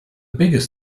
biggest